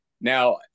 Now